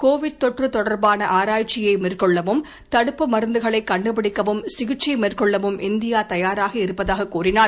Covid தொற்று தொடர்பன ஆராய்ச்சியை மேற்கொள்ளவும் தடுப்பு மருந்துகளைக் கண்டுபிடிக்கவும் சிகிச்சை மேற்கொள்ளவும் இந்தியா தயாராக இருப்பதாக கூறினார்